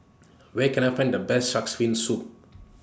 Where Can I Find The Best Shark's Fin Soup